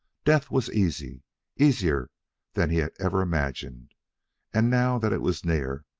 death was easy easier than he had ever imagined and, now that it was near,